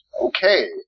Okay